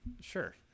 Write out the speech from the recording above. Sure